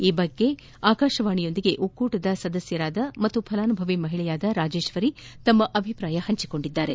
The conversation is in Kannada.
ಈ ಬಗ್ಗೆ ಆಕಾಶವಾಣಿಯೊಂದಿಗೆ ಒಕ್ಕೂಟದ ಸದಸ್ನೆ ಹಾಗೂ ಫಲಾನುಭವಿ ಮಹಿಳೆ ರಾಜೇಶ್ವರಿ ತಮ್ನ ಅಭಿಪ್ರಾಯ ಹಂಚಿಕೊಂಡಿದ್ದಾರೆ